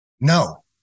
No